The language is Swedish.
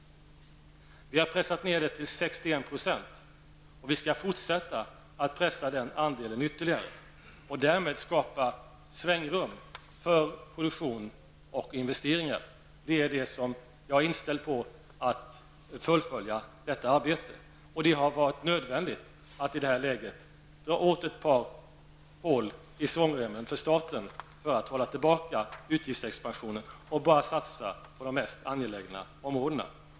Vi har pressat ned den till 61 %, och vi skall fortsätta att pressa ner den ytterligare och därmed skapa svängrum för produktion och investeringar. Jag är inställd på att fullfölja detta arbete. Men det har varit nödvändigt att i det här läget dra åt ett par hål i svångremmen för staten för att hålla tillbaka utgiftsexpansionen och bara satsa på de mest angelägna områdena.